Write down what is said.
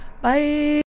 Bye